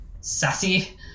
sassy